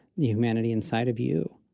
the humanity inside of you.